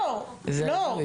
לא,